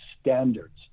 standards